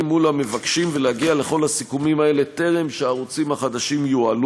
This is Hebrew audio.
מול המבקשים ולהגיע לכל הסיכומים האלה טרם העלאת הערוצים החדשים.